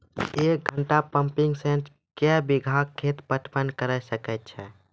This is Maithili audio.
एक घंटा पंपिंग सेट क्या बीघा खेत पटवन है तो?